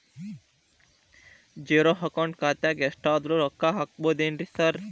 Zero account ಖಾತ್ಯಾಗ ಎಷ್ಟಾದ್ರೂ ರೊಕ್ಕ ಹಾಕ್ಬೋದೇನ್ರಿ ಸಾರ್?